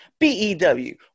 BEW